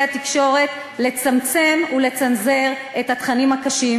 התקשורת לצמצם ולצנזר את התכנים הקשים,